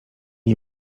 nie